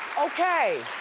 okay.